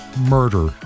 murder